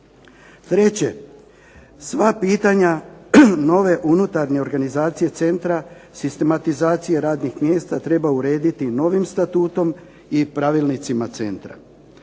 Treće, sva pitanja nove unutarnje organizacije Centra, sistematizacije radnih mjesta treba urediti novim statutom i pravilnicima Centra.